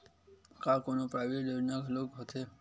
का कोनो प्राइवेट योजना घलोक होथे?